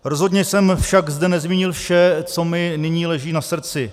Rozhodně jsem zde však nezmínil vše, co mi nyní leží na srdci.